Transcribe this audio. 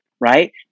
right